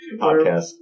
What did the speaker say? podcast